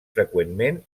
freqüentment